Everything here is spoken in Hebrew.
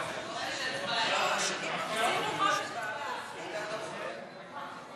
הכנסת לתיקון סעיף 42 בתקנון הכנסת נתקבלה.